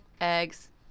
eggs